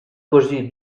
così